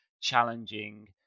challenging